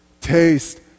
taste